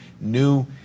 new